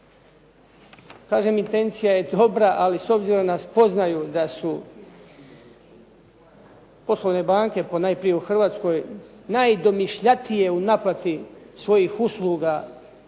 intencija je dobra, ali s obzirom na spoznaju da su poslovne banke ponajprije u Hrvatskoj najdomišljatije u naplati svojih usluga